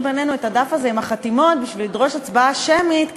בינינו את הדף הזה עם החתימות בשביל לדרוש הצבעה שמית,